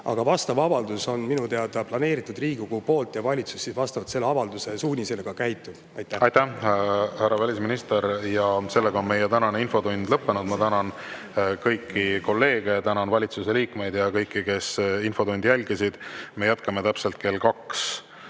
avaldus minu teada planeeritud ja valitsus siis vastavalt selle avalduse suunisele käitub. Aitäh, härra välisminister! Sellega on meie tänane infotund lõppenud. Ma tänan kõiki kolleege ja tänan valitsuse liikmeid ja kõiki, kes infotundi jälgisid! Me jätkame täpselt kell 2